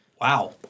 Wow